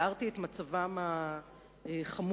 ותיארתי את מצבם החמור,